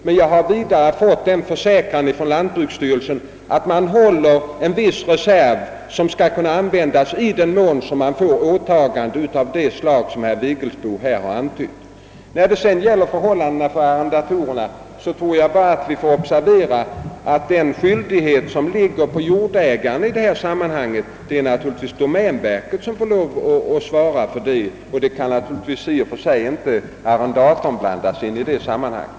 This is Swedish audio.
Men jag har vidare fått en försäkran från lantbruksstyrelsen att man håller en viss reserv som skall kunna användas om man tvingas till åtaganden av det slag som herr Vigelsbo här antytt. När det sedan gäller förhållandena för arrendatorerna får vi observera att den skyldighet som i detta sammanhang ligger på jordägaren får domänverket svara för, ty arrendatorerna kan naturligtvis inte blandas in i det sammanhanget.